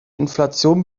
inflation